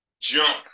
jump